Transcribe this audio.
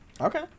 okay